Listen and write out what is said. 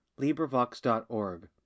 LibriVox.org